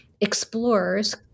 explorers